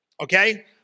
Okay